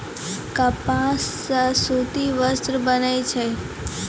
कपास सॅ सूती वस्त्र बनै छै